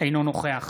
אינו נוכח